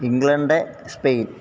England Spain